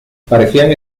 parecían